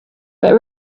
but